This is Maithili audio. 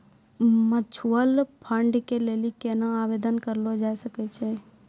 म्यूचुअल फंड के लेली केना आवेदन करलो जाय सकै छै?